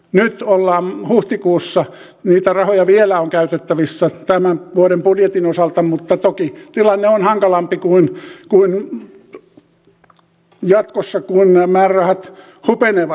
nyt ollaan huhtikuussa niitä rahoja vielä on käytettävissä tämän vuoden budjetin osalta mutta toki tilanne on hankalampi jatkossa kun määrärahat hupenevat